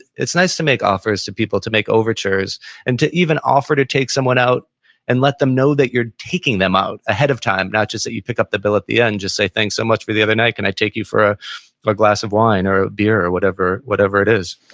it's nice to make offers to people to make overtures and to even offer to take someone out and let them know that you're taking them out ahead of time not just that you pick up the bill at the end. just say, thanks so much for the other night. can i take you for a glass of wine or a beer? or whatever whatever it is